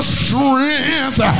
strength